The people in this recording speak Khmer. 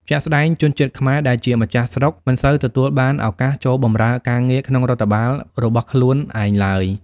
ជាក់ស្ដែង ជនជាតិខ្មែរដែលជាម្ចាស់ស្រុក មិនសូវទទួលបានឱកាសចូលបម្រើការងារក្នុងរដ្ឋបាលរបស់ខ្លួនឯងឡើយ។